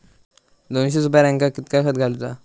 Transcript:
दोनशे सुपार्यांका कितक्या खत घालूचा?